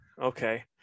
okay